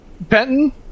Benton